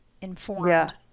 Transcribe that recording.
informed